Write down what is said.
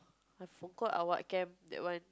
I forgot ah what camp that one